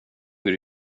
hur